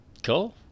Cool